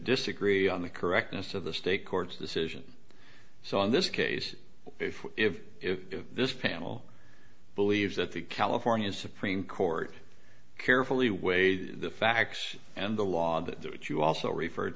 disagree on the correctness of the state court's decision so in this case if if if this panel believes that the california supreme court carefully weighed the facts and the law that that you also referred